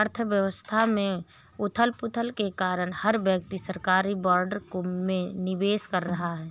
अर्थव्यवस्था में उथल पुथल के कारण हर व्यक्ति सरकारी बोर्ड में निवेश कर रहा है